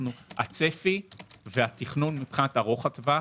הצפי והתכנון ארוך-הטווח